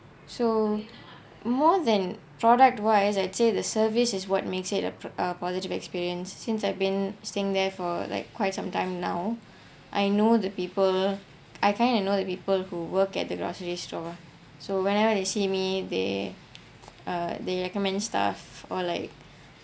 so more than product wise I would say the service is what makes it up for a positive experience since I've been staying there for like quite some time now I know that people I kind of know the people who work at the grocery store so whenever they see me they uh they recommend stuff or like